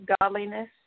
godliness